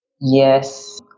Yes